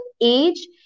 age